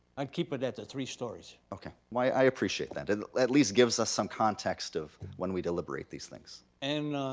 i'd keep it at the three stories. okay, i appreciate that. it at least gives us some context of, when we deliberate these things. and